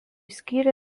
skyrė